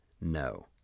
no